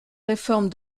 réformes